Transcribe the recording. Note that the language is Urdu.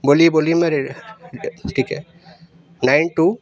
بولیے بولیے میں ری ٹھیک ہے نائن ٹو